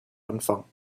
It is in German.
anfang